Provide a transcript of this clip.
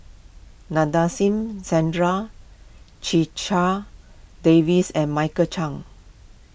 Nadasen Chandra Checha Davies and Michael Chiang